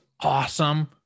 awesome